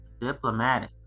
diplomatic